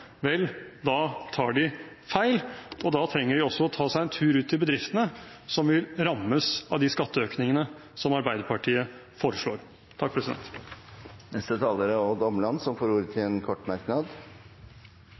vel, da tar de feil. Da trenger de også å ta seg en tur ut til bedriftene som vil rammes av de skatteøkningene som Arbeiderpartiet foreslår. Representanten Odd Omland har hatt ordet to ganger tidligere og får ordet til